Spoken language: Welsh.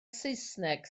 saesneg